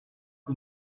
que